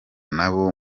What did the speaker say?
nabo